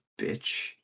bitch